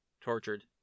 tortured